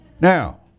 Now